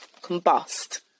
combust